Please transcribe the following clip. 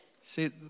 See